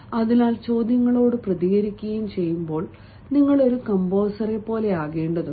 അതിനാൽ ചോദ്യങ്ങളോട് പ്രതികരിക്കുകയും ചെയ്യുമ്പോൾ നിങ്ങൾ ഒരു കമ്പോസറെപ്പോലെയാകേണ്ടതുണ്ട്